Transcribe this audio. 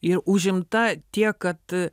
ir užimta tiek kad